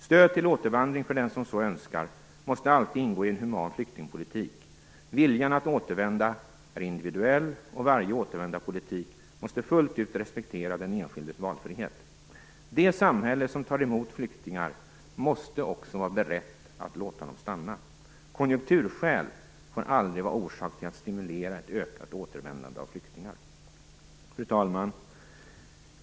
Stöd till återvandring för den som så önskar måste alltid ingå i en human flyktingpolitik. Viljan att återvända är individuell, och varje återvändarpolitik måste fullt ut respektera den enskildes valfrihet. Det samhälle som tar emot flyktingar måste också vara berett att låta dem stanna. Konjunkturskäl får aldrig vara orsak till att stimulera ett ökat återvändande av flyktingar. Fru talman!